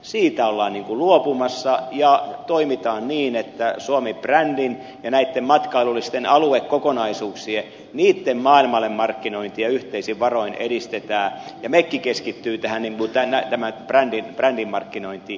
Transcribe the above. siitä ollaan luopumassa ja toimitaan niin että suomi brändin ja näitten matkailullisten aluekokonaisuuksien maailmalle markkinointia yhteisin varoin edistetään ja mekki keskittyy tämän brändin markkinointiin